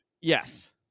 Yes